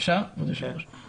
ההסתדרות לא עוברת את ועדת גילאור.